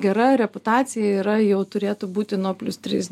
gera reputacija yra jau turėtų būti nuo plius tris